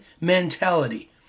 mentality